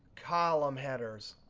column headers,